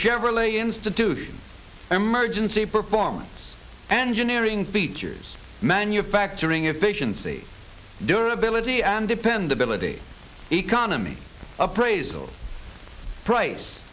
chevrolet institute emergency performance engineering features manufacturing efficiency durable as he and dependability economy appraisal price